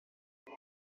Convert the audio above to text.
شما